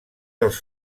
dels